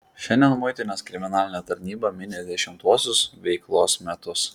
šiandien muitinės kriminalinė tarnyba mini dešimtuosius veiklos metus